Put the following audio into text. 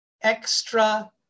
extra